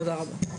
תודה רבה.